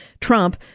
Trump